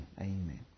Amen